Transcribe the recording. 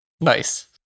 Nice